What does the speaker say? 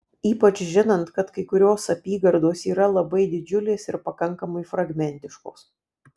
ypač žinant kad kai kurios apygardos yra labai didžiulės ir pakankamai fragmentiškos